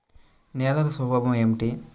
నేలల స్వభావం ఏమిటీ?